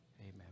amen